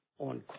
On